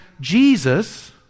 Jesus